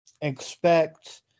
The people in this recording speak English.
expect